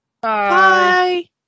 Bye